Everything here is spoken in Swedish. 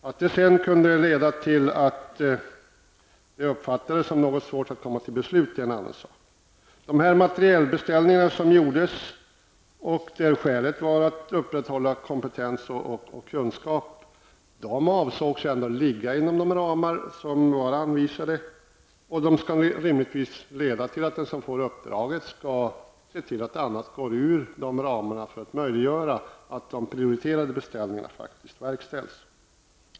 Att det sedan kunde leda till att det uppfattas som något svårt att komma till beslut är en annan sak. De materielbeställningar som gjordes för att man skulle upprätthålla kompetens och kunskap avsågs ändå ligga inom de ramar som var anvisade, och de skall rimligtvis leda till att den som får uppdraget ser till att annat går ut ur dessa ramar för att möjliggöra att de prioriterade beställningarna faktiskt verkställs.